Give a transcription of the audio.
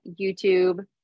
YouTube